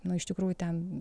nu iš tikrųjų ten